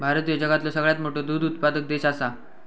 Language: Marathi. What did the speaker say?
भारत ह्यो जगातलो सगळ्यात मोठो दूध उत्पादक देश आसा